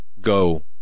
Go